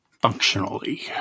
functionally